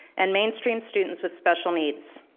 and mainstream students with special needs.